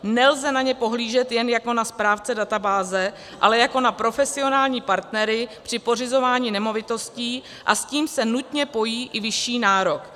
Nelze na ně pohlížet jen jako na správce databáze, ale jako na profesionální partnery při pořizování nemovitostí, a s tím se nutně pojí i vyšší nárok.